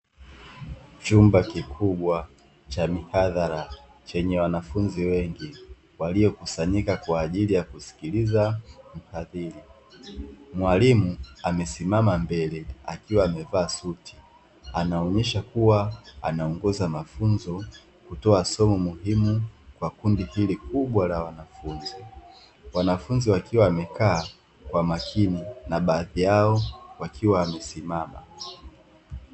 Chumba kikubwa cha mihadhara chenye wanafunzi wengi waliokusanyika kwa ajili ya kusikiliza mhadhiri, mwalimu amesimama mbele akiwa amevaa suti anaonyesha kuwa anaongoza mafunzo kutoa somo muhimu kwa kundi hili kubwa la wanafunzi, wanafunzi wakiwa wamekaa kwa makini na baadhi yao wakiwa wamesimama.